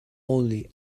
only